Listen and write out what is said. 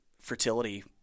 fertility